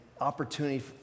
opportunity